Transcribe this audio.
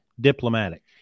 Diplomatic